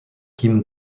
kim